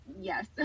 yes